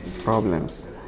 problems